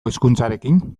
hizkuntzarekin